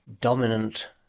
dominant